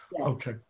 Okay